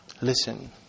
listen